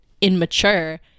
immature